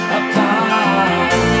apart